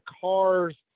cars